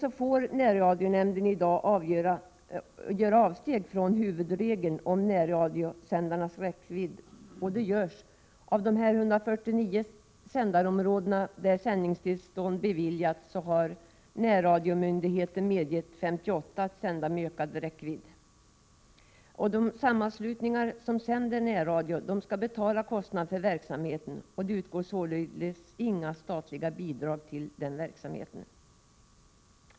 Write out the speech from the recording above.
Dock får närradionämnden i dag göra avsteg från huvudregeln om närradiosändarnas räckvidd, och så sker också. I de 149 sändarområden där sändningstillstånd har beviljats har närradiomyndigheten medgett att 58 sändare får sända med ökad räckvidd. De sammanslutningar som sänder närradio skall betala kostnaderna för verksamheten. Det utgår således inga statliga bidrag till verksamheten.